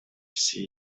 все